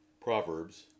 Proverbs